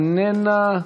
איננה,